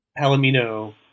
Palomino